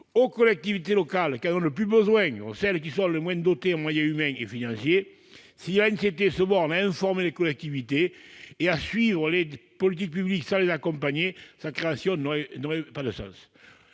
aux collectivités locales qui en ont le plus besoin, celles qui sont le moins dotées en moyens humains et financiers. Si l'ANCT devait se borner à informer les collectivités et à suivre les politiques publiques sans les accompagner, sa création n'aurait aucun sens.